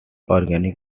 organic